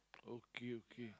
okay okay